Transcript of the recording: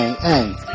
Hey